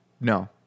no